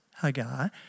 Hagar